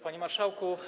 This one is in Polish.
Panie Marszałku!